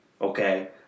Okay